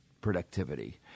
productivity